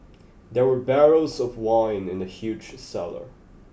there were barrels of wine in the huge cellar